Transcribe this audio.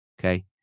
Okay